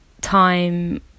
time